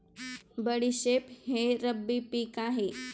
बडीशेप हे रब्बी पिक आहे